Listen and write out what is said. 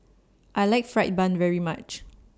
I like Fried Bun very much